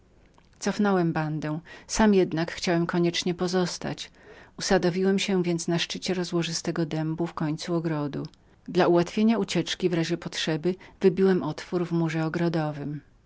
cofnąłem bandę sam jednak chciałem koniecznie pozostać usadowiłem się więc na szczycie rozłożystego dębu w końcu ogrodu dla ułatwienia ucieczki w razie potrzeby wybiłem otwór w murze ogrodowym